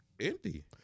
empty